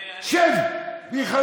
לא, אני, שב והיכלם.